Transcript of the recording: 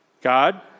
God